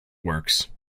works